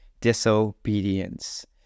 disobedience